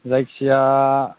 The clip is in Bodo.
जायखिजाया